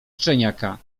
szczeniaka